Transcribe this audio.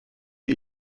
die